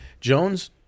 Jones